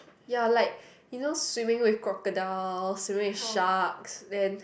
ya like you know swimming with crocodiles swimming with sharks then